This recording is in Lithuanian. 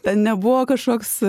ten nebuvo kažkoks